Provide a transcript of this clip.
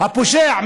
הפושע,